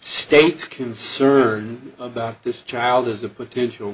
state's concern about this child as a potential